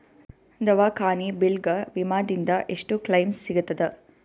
ದವಾಖಾನಿ ಬಿಲ್ ಗ ವಿಮಾ ದಿಂದ ಎಷ್ಟು ಕ್ಲೈಮ್ ಸಿಗತದ?